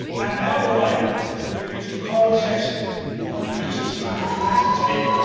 i am now delighted to introduce decarlos hickson who will introduce this evening's commencement speaker.